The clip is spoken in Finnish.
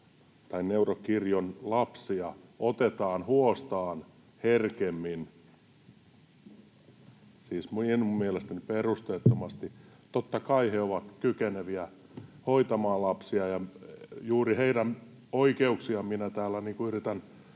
että neurokirjon lapsia otetaan huostaan herkemmin, siis minun mielestäni perusteettomasti. Totta kai he ovat kykeneviä hoitamaan lapsia, ja juuri heidän oikeuksiaan minä täällä yritän